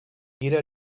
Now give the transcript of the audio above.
jede